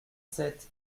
sept